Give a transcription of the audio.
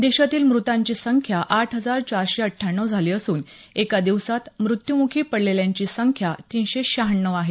देशातील मुतांची संख्या आठ हजार चारशे अठ्ठ्याण्णव झाली असून एका दिवसात मृत्यूमुखी पडलेल्यांची संख्या तिनशे श्यहाण्णव आहे